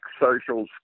social